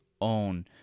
own